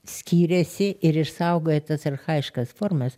skyrėsi ir išsaugojo tas archajiškas formas